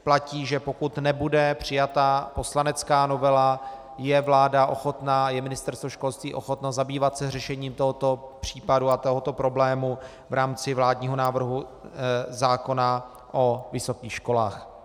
Platí, že pokud nebude přijata poslanecká novela, je vláda ochotna, je Ministerstvo školství ochotno zabývat se řešením tohoto případu a tohoto problému v rámci vládního návrhu zákona o vysokých školách.